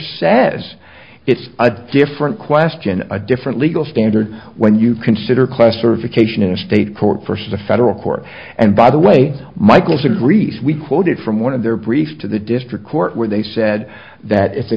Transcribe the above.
says it's a different question a different legal standard when you consider questor vacation in a state court first the federal court and by the way michael's agrees we quoted from one of their briefs to the district court where they said that it's a